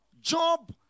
job